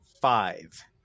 Five